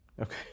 Okay